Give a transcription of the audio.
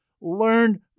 learned